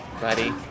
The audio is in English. Buddy